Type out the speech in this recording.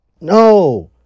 no